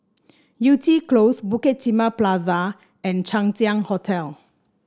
Yew Tee Close Bukit Timah Plaza and Chang Ziang Hotel